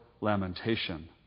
lamentation